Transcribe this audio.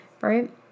right